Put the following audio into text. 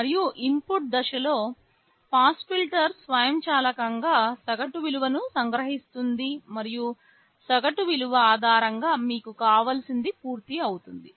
మరియు ఇన్పుట్ దశలో low pass filter స్వయంచాలకంగా సగటు విలువను సంగ్రహిస్తుంది మరియు సగటు విలువ ఆధారంగా మీకు కావలసినది పూర్తి అవుతుంది